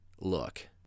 look